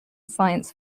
science